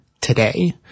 today